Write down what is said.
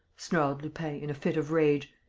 snarled lupin, in a fit of rage.